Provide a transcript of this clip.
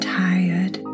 tired